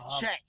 check